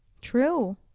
True